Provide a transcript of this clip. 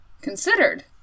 Considered